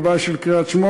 רבה של קריית-שמונה,